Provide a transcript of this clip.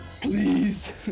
please